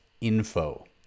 info